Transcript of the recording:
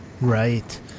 Right